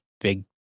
big